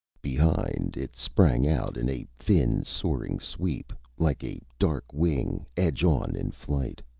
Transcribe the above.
behind, it sprang out in a thin, soaring sweep, like a dark wing edge-on in flight.